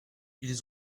ils